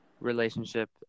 relationship